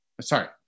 Sorry